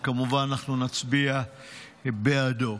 וכמובן אנחנו נצביע בעדו.